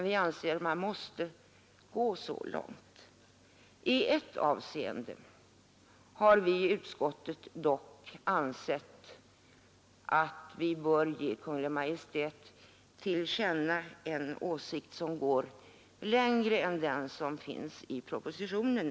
I ett avseende har vi i utskottet dock ansett att vi bör ge Kungl. Maj:t till känna en åsikt som går längre än den som finns i propositionen.